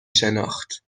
شناخت